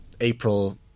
April